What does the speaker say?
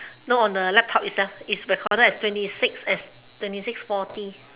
no on the laptop itself it's recorded as twenty six as twenty six forty